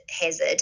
hazard